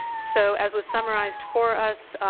so, as was summarized for us,